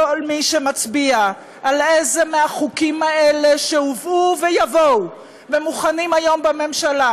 כל מי שמצביע על איזה מהחוקים האלה שהובאו ויבואו ומוכנים היום בממשלה,